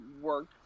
work